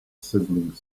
sizzling